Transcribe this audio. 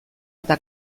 eta